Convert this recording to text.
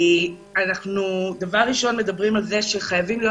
אנחנו דבר ראשון מדברים על זה שחייבים להיות